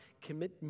commit